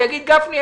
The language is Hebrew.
ויגיד לי: גפני,